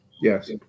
Yes